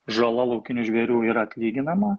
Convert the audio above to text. žala laukinių žvėrių yra atlyginama